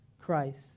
Christ